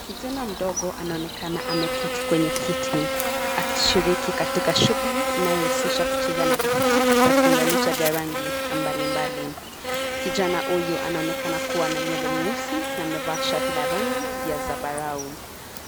Kijana mdogo anaonekana ameketi kwenye kiti; akishiriki katika shughuli inayohusisha kucheza na vifaa vya kuunganisha vya rangi mbalimbali. Kijana huyu anaonekana kuwa na nywele nyeusi na amevaa shati la rangi ya zambarau.